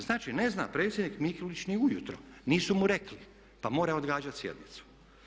Znači ne zna predsjednik Mikulić ni ujutro, nisu mu rekli pa mora odgađati sjednici.